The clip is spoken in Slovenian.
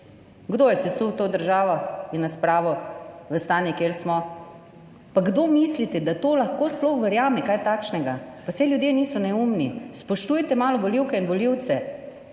Kdo je sesul to državo in nas spravil v stanje, kjer smo? Pa kdo mislite, da to lahko sploh verjame, kaj takšnega? Pa saj ljudje niso neumni. Spoštujte malo volivke in volivce.